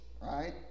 right